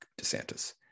desantis